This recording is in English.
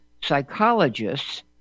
psychologists